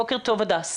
בוקר טוב, הדס.